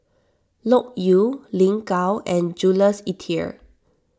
Loke Yew Lin Gao and Jules Itier